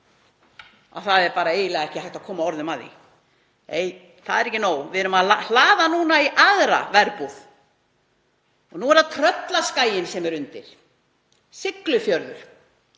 Það er eiginlega ekki hægt að koma orðum að því. Nei, það er ekki nóg. Við erum að hlaða núna í aðra verbúð. Nú er það Tröllaskaginn sem er undir, Siglufjörður.